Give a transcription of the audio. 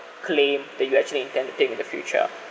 claim that you actually intend to take in the future